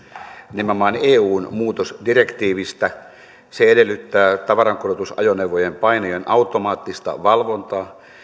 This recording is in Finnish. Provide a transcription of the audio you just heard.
nimenomaan eun muutosdirektiivistä se edellyttää tavarankuljetusajoneuvojen painojen automaattista valvontaa